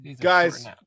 Guys